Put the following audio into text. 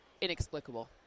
inexplicable